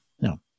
no